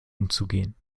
umzugehen